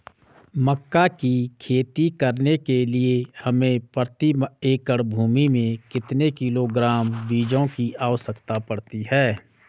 मक्का की खेती करने के लिए हमें प्रति एकड़ भूमि में कितने किलोग्राम बीजों की आवश्यकता पड़ती है?